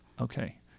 Okay